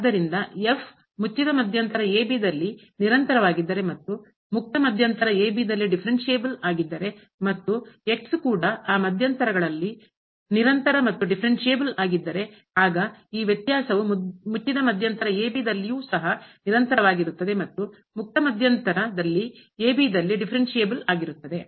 ಆದ್ದರಿಂದ ಮುಚ್ಚಿದ ಮಧ್ಯಂತರ ದಲ್ಲಿ ನಿರಂತರವಾಗಿದ್ದರೆ ಮತ್ತು ಮುಕ್ತ ಮಧ್ಯಂತರ ದಲ್ಲಿ ಡಿಫರೆನ್ಸ್ಬಲ್ ಆಗಿದ್ದರೆ ಮತ್ತು ಕೂಡ ಆ ಮಧ್ಯಂತರ ಗಳಲ್ಲಿ ನಿರಂತರ ಮತ್ತು ಡಿಫರೆನ್ಸ್ಬಲ್ ಆಗಿದ್ದರೆ ಆಗ ಈ ವ್ಯತ್ಯಾಸವು ಮುಚ್ಚಿದ ಮಧ್ಯಂತರ ದಲ್ಲಿಯೂ ಸಹ ನಿರಂತರವಾಗಿರುತ್ತದೆ ಮತ್ತು ಮುಕ್ತ ಮಧ್ಯಂತರದಲ್ಲಿ ಆಗಿರುತ್ತದೆ